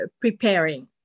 preparing